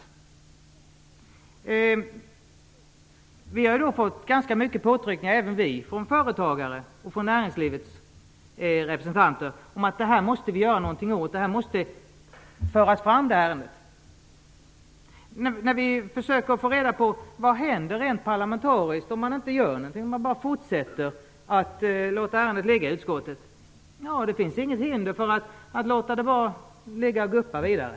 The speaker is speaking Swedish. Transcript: Även vi i Vänsterpartiet har fått ganska många påtryckningar från företagare och från näringslivets representanter om att vi måste göra någonting åt detta och att ärendet måste föras fram. När vi försöker att få reda på vad som händer rent parlamentariskt om man inte gör någonting utan bara fortsätter att låta ärendet ligga i utskottet får vi svaret att det inte finns något hinder för att låta det ligga och guppa vidare.